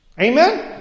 Amen